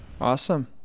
Awesome